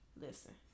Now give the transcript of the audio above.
listen